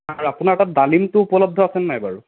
আৰু আপোনাৰ তাত ডালিমটো উপলব্ধ আছে নে নাই বাৰু